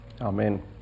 Amen